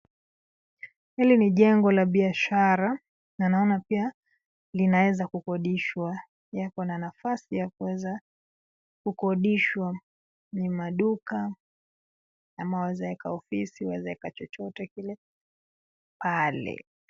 Hili ni jengo la biashara na naona pia linaweza kukodishwa. Yapo na nafasi ya kuweza kukodishwa, ni maduka ama waweza weka ofisi, waweza weka chochote kile pale.